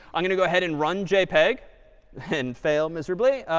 i'm going to go ahead and run jpeg and fail miserably.